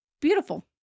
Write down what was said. beautiful